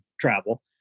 travel